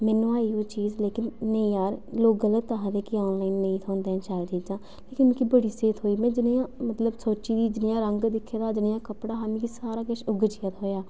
में नुआई ओह् चीज़ नेई जार लोक गलत आखदे के नेईं थ्होंदियां न शैल चीज़ां पर मिकी बड़ी स्हेई थ्होई मतलब जनेही सोची दी जनेहा रंग दिक्खे दा हा जनेहा कपड़ा हा मी सारा किश उऐ जेहा थ्होआ